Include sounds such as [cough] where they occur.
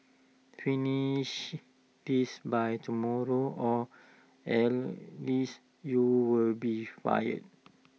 finish this by tomorrow or [unintelligible] you'll be fired